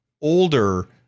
older